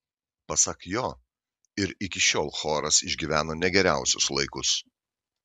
pasak jo ir iki šiol choras išgyveno ne geriausius laikus